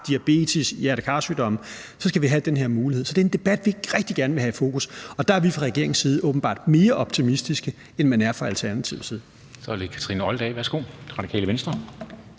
diabetes, hjerte-kar-sygdomme – skal vi have den her mulighed. Så det er en debat, som vi rigtig gerne vil have i fokus, og der er vi fra regeringens side åbenbart mere optimistiske, end man er fra Alternativets side.